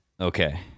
Okay